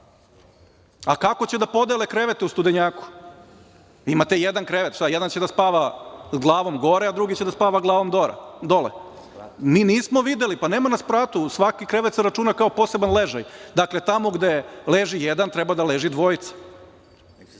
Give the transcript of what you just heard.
Kako će da podele krevete u Studenjaku? Imate jedan krevet. Šta – jedan će da spava glavom gore a drugi će da spava glavom dole? Mi nismo videli. Pa nema na spratu. Svaki krevet se računa kao poseban ležaj jer tamo gde leže jedan treba da leže dvojica. Samo